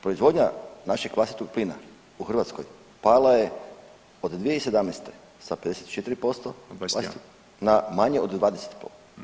Proizvodnja našeg vlastitog plina u Hrvatskoj pala je od 2017. sa 54% na manje od 21.